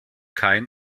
kein